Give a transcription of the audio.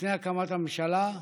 לפני הקמת הממשלה,